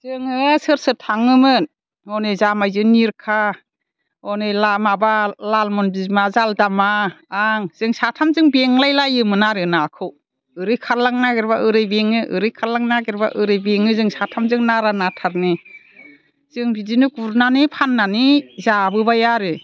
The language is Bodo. जोङो सोर सोर थाङोमोन हनै जामायजो निरखा हनै माबा लालमन बिमा जालदामा आं जों साथामजों बेंलाय लायोमोन आरो नाखौ ओरै खारलांनो नागेरब्ला ओरै बेङो नाखौ ओरै खारलांनो नागेरब्ला ओरै बेङो जों साथामजों नारा नाथानो जों बिदिनो गुरनानै फाननानै जाबोबाय आरो